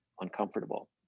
uncomfortable